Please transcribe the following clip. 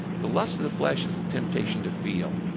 the lust of the flesh is the temptation to feel.